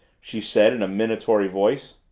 she said in a minatory voice.